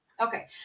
Okay